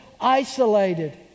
isolated